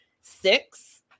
six